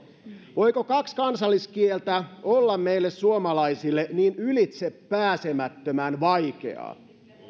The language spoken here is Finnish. voiko kaksi kansalliskieltä olla meille suomalaisille niin ylitsepääsemättömän vaikeaa